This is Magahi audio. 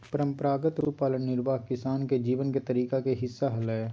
परंपरागत रूप से पशुपालन निर्वाह किसान के जीवन के तरीका के हिस्सा हलय